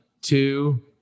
Two